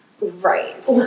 Right